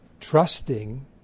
Trusting